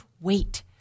wait